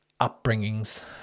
upbringings